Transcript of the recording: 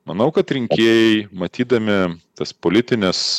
manau kad rinkėjai matydami tas politines